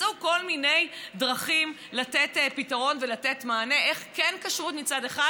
מצאו כל מיני דרכים לתת פתרון ולתת מענה איך כן כשרות מצד אחד,